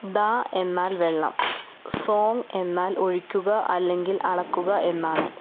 ദാ എന്നാൽ വെള്ളം സോങ് എന്നാൽ ഒഴിക്കുക അല്ലെങ്കിൽ അളക്കുക എന്നാണ്